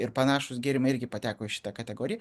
ir panašūs gėrimai irgi pateko į šitą kategoriją